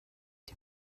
die